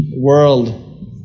World